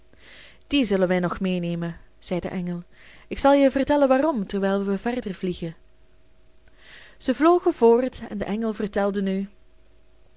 die zullen wij nog meenemen zei de engel ik zal je vertellen waarom terwijl wij verder vliegen zij vlogen voort en de engel vertelde nu